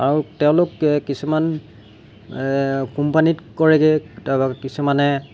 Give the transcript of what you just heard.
আৰু তেওঁলোক কিছুমান কোম্পানীত কৰেগৈ তাপা কিছুমানে